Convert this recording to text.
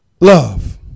Love